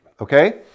okay